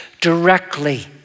directly